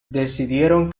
decidieron